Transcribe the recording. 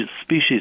species